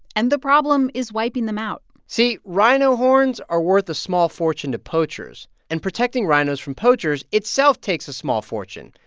and the problem is wiping them out see rhino horns are worth a small fortune to poachers, and protecting rhinos from poachers itself takes a small fortune.